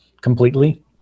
completely